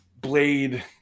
Blade